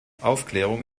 aufklärung